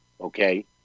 okay